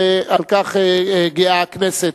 ועל כך גאה הכנסת,